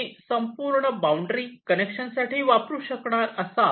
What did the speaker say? तुम्ही संपूर्ण boundary connection साठी वापरू शकतात